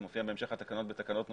זה מופיע בהמשך התקנות בתקנות נוספות,